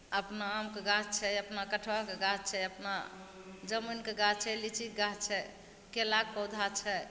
अपना आमके गाछ छै अपना कटहरके गाछ छै अपना जामुनके गाछ छै लिच्चीके गाछ छै केलाके पौधा छै